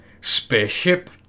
spaceship